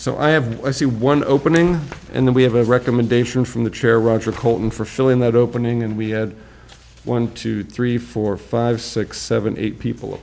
so i have i see one opening and then we have a recommendation from the chair roger coleman for filling that opening and we had one two three four five six seven eight people